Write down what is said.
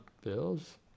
Bills